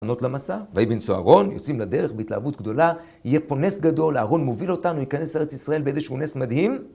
הכנות למסע, ואיבן זוהרון יוצאים לדרך בהתלהבות גדולה יהיה פה נס גדול, אהרון מוביל אותנו, ייכנס לארץ ישראל באיזה שהוא נס מדהים